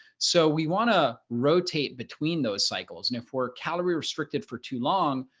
so we want to rotate between those cycles. and if we're calorie restricted for too long,